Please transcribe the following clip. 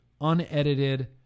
unedited